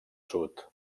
sud